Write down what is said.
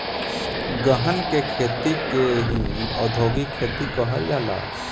गहन के खेती के ही औधोगिक खेती कहल जाला